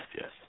yes